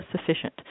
sufficient